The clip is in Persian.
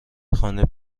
خانه